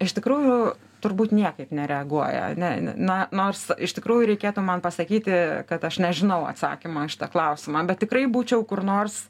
iš tikrųjų turbūt niekaip nereaguoja ane na nors iš tikrųjų reikėtų man pasakyti kad aš nežinau atsakymo į šitą klausimą bet tikrai būčiau kur nors